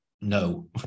no